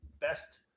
best